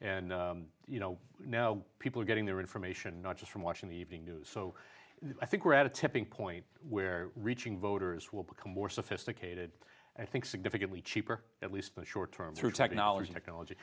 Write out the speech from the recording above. and you know you know people are getting their information not just from watching the evening news so i think we're at a tipping point where reaching voters will become more sophisticated and i think significantly cheaper at least the short term through technology technology